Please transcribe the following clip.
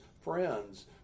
friends